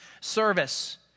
service